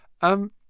Um